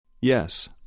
Yes